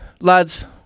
lads